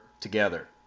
together